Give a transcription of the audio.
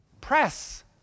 Press